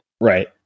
right